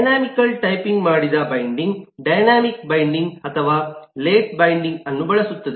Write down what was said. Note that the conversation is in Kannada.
ಡೈನಾಮಿಕಲ್ ಟೈಪ್ ಮಾಡಿದ ಬೈಂಡಿಂಗ್ ಡೈನಾಮಿಕ್ ಬೈಂಡಿಂಗ್ ಅಥವಾ ಲೇಟ್ ಬೈಂಡಿಂಗ್ ಅನ್ನು ಬಳಸುತ್ತದೆ